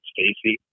Stacy